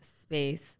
space